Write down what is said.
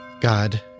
God